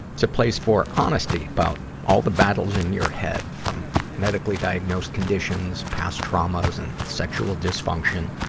it's a place for honesty about all the battles in your head, from medically-diagnosed conditions, past traumas and sexual dysfunction,